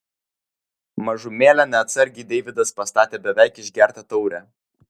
mažumėlę neatsargiai deividas pastatė beveik išgertą taurę